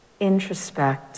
introspect